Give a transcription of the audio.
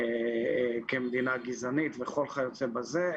כמדינה גזענית וכל כיוצא בזה,